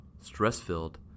stress-filled